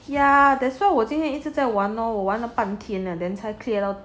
yeah that's why 我一直在玩咯我玩了半天才 clear 到